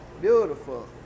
Beautiful